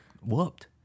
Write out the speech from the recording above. whooped